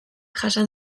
jasan